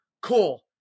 Cool